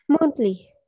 Monthly